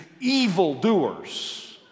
evildoers